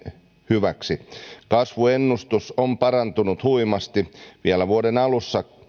hyväksi kasvuennuste on parantunut huimasti vielä vuoden alussa